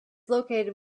located